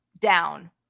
down